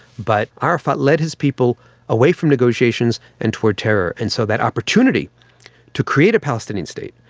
but ah arafat led his people away from negotiations and toward terror, and so that opportunity to create a palestinian state,